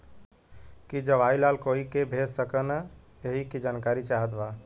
की जवाहिर लाल कोई के भेज सकने यही की जानकारी चाहते बा?